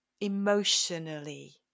emotionally